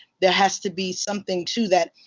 that has to be something to that.